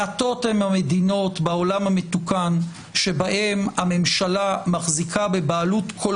מעטות הן המדינות בעולם המתוקן שבהן הממשלה מחזיקה בבעלות כל